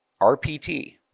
RPT